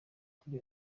kuri